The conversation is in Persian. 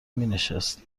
مینشست